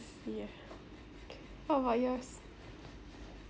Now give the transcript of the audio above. yeah what about yours